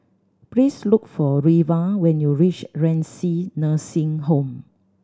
please look for Reva when you reach Renci Nursing Home